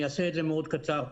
אני אעשה את זה מאוד קצר.